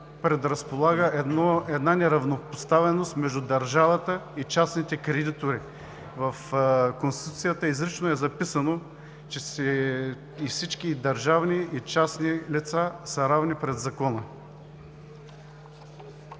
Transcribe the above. предразполага една неравнопоставеност между държавата и частните кредитори. В Конституцията изрично е записано, че всички държавни и частни лица са равни пред закона.